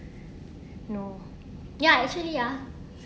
no ya actually ya